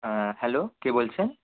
অ্যাঁ hello কে বলছেন